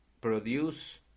produce